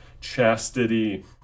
chastity